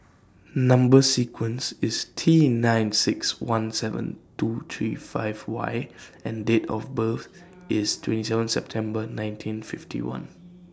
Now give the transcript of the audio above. Number sequence IS T nine six one seven two three five Y and Date of birth IS twenty seven September nineteen fifty one